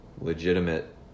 legitimate